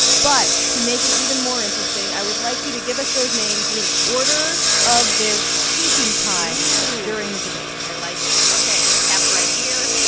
but to make it even more interesting, i would like you to give us those names in order of their speaking time during the debate i like it. ok have it right here.